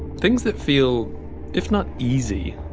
things that feel if not easy,